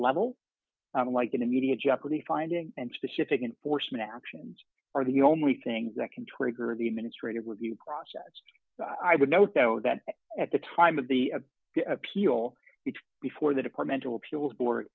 level like an immediate jeopardy finding and specific and forstmann actions are the only things that can trigger the administrative review process i would note though that at the time of the appeal before the departmental appeals board